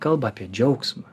kalba apie džiaugsmą